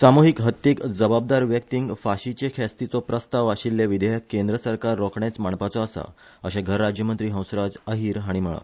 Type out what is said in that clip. सामूहिक हत्येक जबाबदार व्यक्तींक फाशीचे ख्यास्तीचो प्रस्ताव आशिल्लें विधेयक केंद्र सरकार रोखडेच मांडपाचो आसा अशें घर राज्यमंत्री हंसराज अहिर हाणी म्हणला